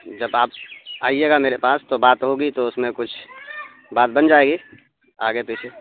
جب آپ آئیے گا میرے پاس تو بات ہوگی تو اس میں کچھ بات بن جائے گی آگے پیچھے